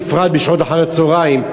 בפרט בשעות אחרי הצהריים,